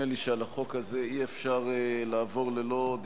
אז בבקשה, נא להצביע.